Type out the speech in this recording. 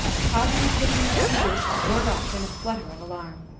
causing the pigeons on the roof to whirr up in a flutter of alarm.